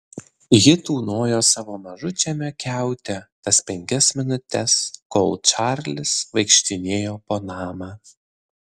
ji tūnojo savo mažučiame kiaute tas penkias minutes kol čarlis vaikštinėjo po namą